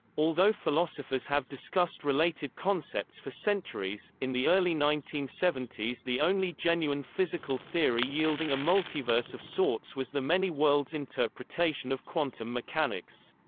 although philosophers have discussed related concepts for centuries, in the early nineteen seventy s the only genuine physical theory yielding a multiverse of sorts was the many-worlds interpretation of quantum mechanics.